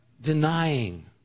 denying